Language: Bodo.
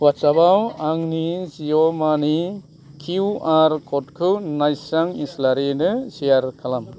अवाट्सापाव आंनि जिअ मानि किउआर कडखौ नायस्रां इस्लारिनो सेयार खालाम